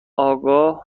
آگاه